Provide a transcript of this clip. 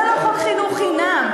זה לא חוק חינוך חינם,